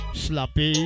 slappy